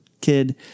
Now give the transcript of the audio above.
kid